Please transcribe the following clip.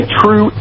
true